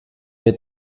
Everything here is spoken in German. mir